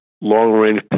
long-range